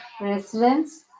residents